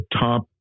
top